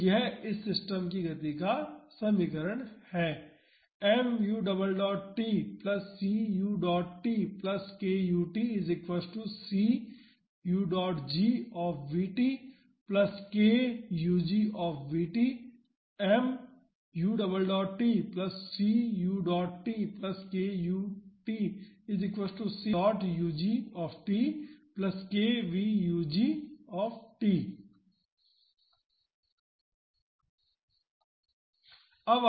तो यह इस सिस्टम की गति का समीकरण है